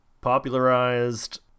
popularized